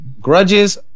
Grudges